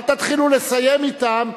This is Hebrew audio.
אל תתחילו לסיים אתם,